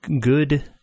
good